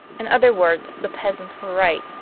in other words, the peasants were right.